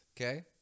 Okay